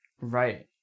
Right